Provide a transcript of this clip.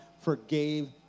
forgave